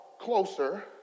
closer